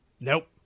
Nope